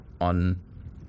on